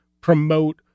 promote